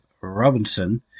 Robinson